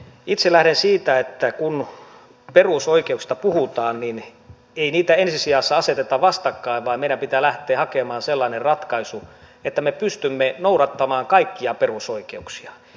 itse lähden siitä että kun perusoikeuksista puhutaan niin ei niitä ensi sijassa aseteta vastakkain vaan meidän pitää lähteä hakemaan sellainen ratkaisu että me pystymme noudattamaan kaikkia perusoikeuksia